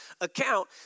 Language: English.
account